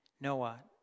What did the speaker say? Noah